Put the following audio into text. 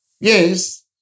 Yes